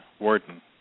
warden